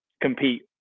compete